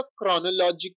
chronological